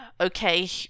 okay